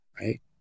right